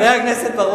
לא על עזריאלי,